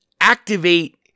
activate